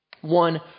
One